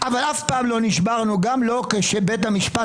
אבל מעולם לא נשברנו גם לא כשבית המשפט